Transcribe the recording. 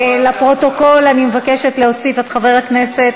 תוסיפי אותי, בבקשה.